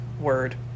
word